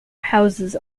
houses